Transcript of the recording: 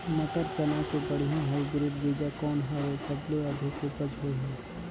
मटर, चना के बढ़िया हाईब्रिड बीजा कौन हवय? सबले अधिक उपज होही?